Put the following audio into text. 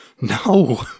No